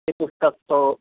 એ પુસ્તક તો